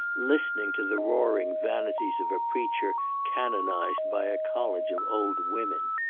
listening to the roaring vanities of a preacher canonized by a college of old women?